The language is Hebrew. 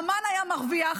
אמ"ן, היה מרוויח.